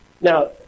Now